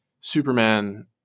Superman